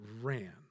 ran